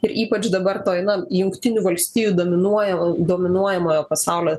ir ypač dabar toji na jungtinių valstijų dominuoja dominuojamojo pasaulio